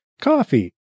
coffee